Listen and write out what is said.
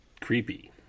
creepy